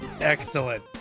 Excellent